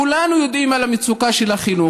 כולנו יודעים על המצוקה של החינוך.